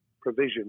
provision